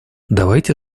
давайте